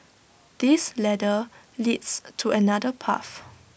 this ladder leads to another path